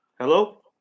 Hello